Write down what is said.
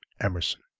Emerson